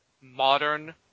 modern